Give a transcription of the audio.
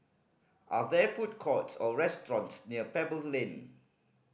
are there food courts or restaurants near Pebble's Lane